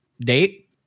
date